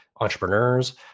entrepreneurs